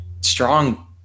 strong